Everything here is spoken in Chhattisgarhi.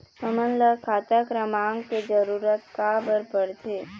हमन ला खाता क्रमांक के जरूरत का बर पड़थे?